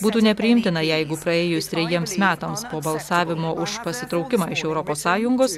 būtų nepriimtina jeigu praėjus trejiems metams po balsavimo už pasitraukimą iš europos sąjungos